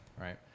Right